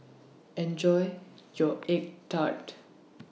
Enjoy your Egg Tart